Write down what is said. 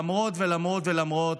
ולמרות ולמרות,